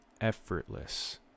effortless